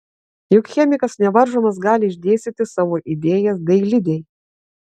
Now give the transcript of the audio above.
juk chemikas nevaržomas gali išdėstyti savo idėjas dailidei